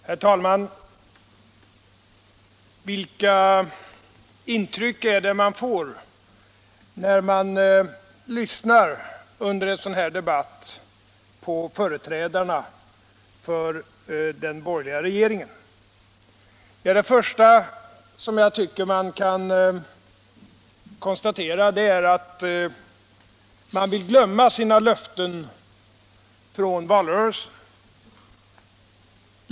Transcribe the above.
Herr talman! Vilka intryck får man när man under en sådan här debatt lyssnar på företrädarna för den borgerliga regeringen? Det första jag tycker att man kan konstatera är att de borgerliga vill glömma sina löften från valrörelsen.